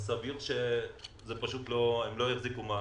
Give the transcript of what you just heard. סביר שהם לא יחזיקו מעמד.